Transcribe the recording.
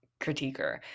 critiquer